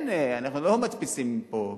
אנחנו לא מדפיסים פה כסף.